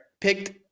picked